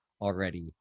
already